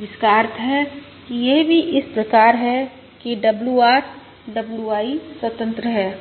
जिसका अर्थ है कि यह भी इस प्रकार है कि WR WI स्वतंत्र हैं